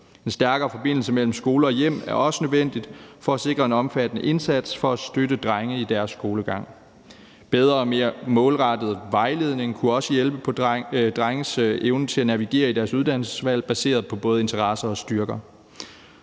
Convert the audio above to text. En stærkere forbindelse mellem skole og hjem er også nødvendig for at sikre en omfattende indsats for at støtte drenge i deres skolegang. En bedre og mere målrettet vejledning kunne også hjælpe på drenges evne til at navigere i deres uddannelsesvalg baseret på både interesser og styrker.